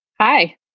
Hi